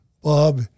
Bob